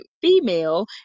female